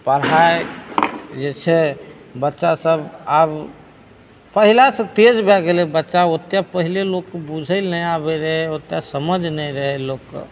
पढ़ाइ जे छै बच्चा सब आब पहिलासँ तेज भए गेलै बच्चा ओतेक पहिले लोक बुझै नहि आबै रहै ओतेक समझि नहि रहै लोककेँ